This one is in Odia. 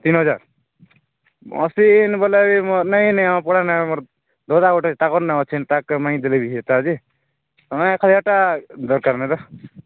ତିନ୍ ହଜାର୍ ମେଶିନ୍ ବୋଲେ ନାଇଁ ନାଇଁ ପୁରା ନାଇଁ ଆମର୍ ଘରା ଗୋଟେ ତାଙ୍କର୍ ନା ଗୋଟେ ଅଛି ତାକୁ ମୁଇଁ ଦେଲେ ହନ୍ତା ଯେ ତୁମେ କହିବାଟା ଦରକର୍ ନାଇଁ ତ